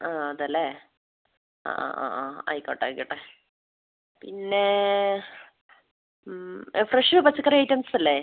ആ അതേലെ ആ ആ ആ ആ ആയിക്കോട്ടെ ആയിക്കോട്ടെ പിന്നെ ഫ്രഷ് പച്ചക്കറി ഐറ്റംസ് അല്ലേ